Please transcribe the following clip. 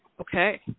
okay